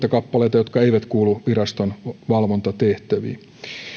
kuusituhatta kappaletta jotka eivät kuulu viraston valvontatehtäviin